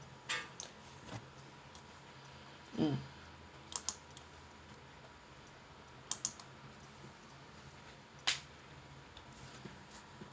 mm